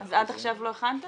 אז עד עכשיו לא הכנתם?